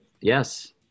Yes